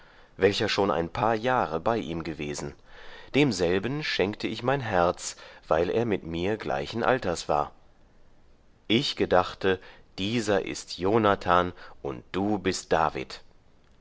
welcher schon ein paar jahre bei ihm gewesen demselben schenkte ich mein herz weil er mit mir gleichen alters war ich gedachte dieser ist jonathan und du bist david